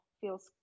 feels